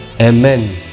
Amen